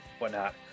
whatnot